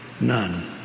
none